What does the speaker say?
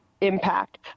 impact